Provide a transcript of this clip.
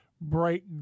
bright